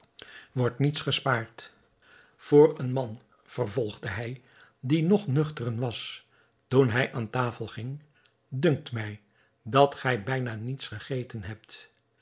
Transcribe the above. wordt niets gespaard voor een man vervolgde hij die nog nuchteren was toen hij aan tafel ging dunkt mij dat gij bijna niets gegeten hebt